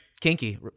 Kinky